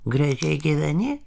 gražiai gyveni